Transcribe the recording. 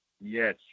Yes